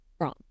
wrong